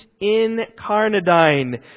incarnadine